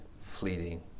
fleeting